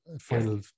final